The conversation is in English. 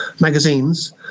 magazines